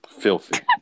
Filthy